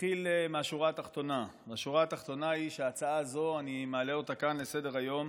השורה התחתונה היא שאת ההצעה הזו אני מעלה כאן לסדר-היום